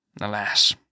alas